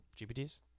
GPTs